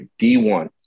D1